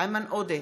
איימן עודה,